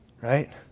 Right